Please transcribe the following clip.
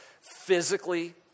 physically